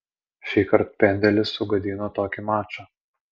šįkart pendelis sugadino tokį mačą